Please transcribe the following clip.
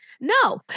No